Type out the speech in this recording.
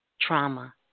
trauma